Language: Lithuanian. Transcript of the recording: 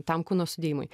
tam kūno sudėjimui